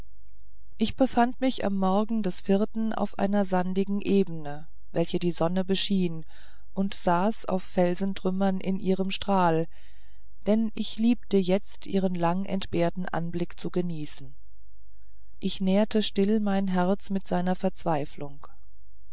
ich befand mich am morgen des vierten auf einer sandigen ebene welche die sonne beschien und saß auf felsentrümmern in ihrem strahl denn ich liebte jetzt ihren lang entbehrten anblick zu genießen ich nährte still mein herz mit seiner verzweiflung